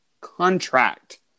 contract